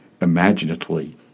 imaginatively